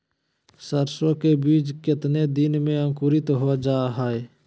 सरसो के बीज कितने दिन में अंकुरीत हो जा हाय?